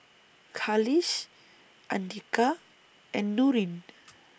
Khalish Andika and Nurin